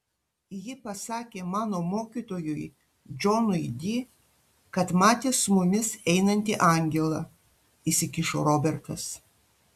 ji pasakė mano mokytojui džonui di kad matė su mumis einantį angelą įsikišo robertas